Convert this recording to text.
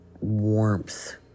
warmth